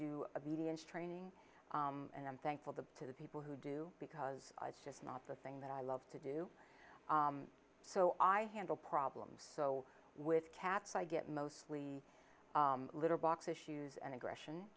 do a million straining and i'm thankful to to the people who do because it's just not the thing that i love to do so i handle problems so with cats i get mostly litter box issues and aggression